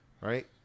right